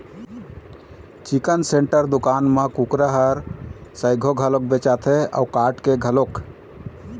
chicken centre दुकान म कुकरा ह सइघो घलोक बेचाथे अउ काट के घलोक